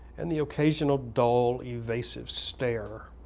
and the occasional dull, evasive stare,